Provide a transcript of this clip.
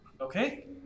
Okay